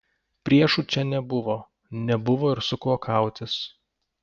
priešų čia nebuvo nebuvo ir su kuo kautis